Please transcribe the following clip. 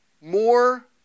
more